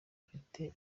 ufite